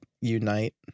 Unite